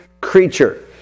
creature